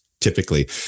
typically